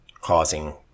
causing